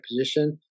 position